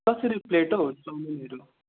कसरी प्लेट हौ चाउमिनहरू